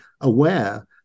aware